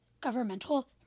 governmental